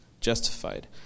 justified